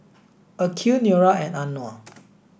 Aqil Nura and Anuar